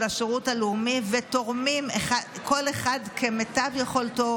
השירות הלאומי ותורמים כל אחד כמיטב יכולתו,